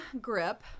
Grip